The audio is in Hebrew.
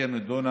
אשר נדונה